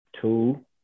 Two